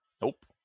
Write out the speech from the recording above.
nope